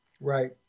Right